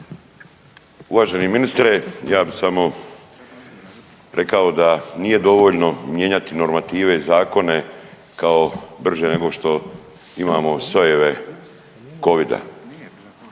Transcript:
Uvaženi ministre ja bi samo rekao da nije dovoljno mijenjati normative i zakone kao brže nego što imamo sojeve Covida.